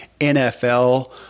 NFL